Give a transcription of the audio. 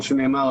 כמו שנאמר,